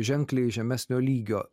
ženkliai žemesnio lygio